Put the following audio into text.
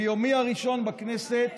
מיומי הראשון בכנסת